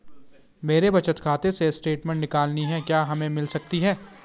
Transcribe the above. मेरे बचत खाते से स्टेटमेंट निकालनी है क्या हमें मिल सकती है?